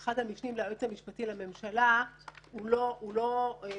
אחד המשנים ליועץ המשפטי לממשלה הוא לא מעוגן